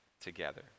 together